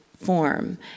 form